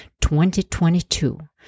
2022